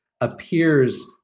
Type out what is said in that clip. appears